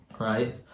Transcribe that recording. right